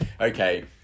okay